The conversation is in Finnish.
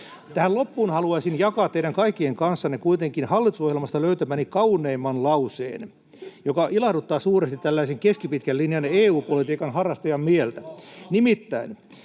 Tähän loppuun haluaisin jakaa teidän kaikkien kanssa kuitenkin hallitusohjelmasta löytämäni kauneimman lauseen, joka ilahduttaa suuresti tällaisen keskipitkän linjan EU-politiikan harrastajan mieltä.